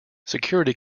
security